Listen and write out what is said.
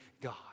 God